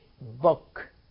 book